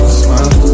smile